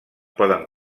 poden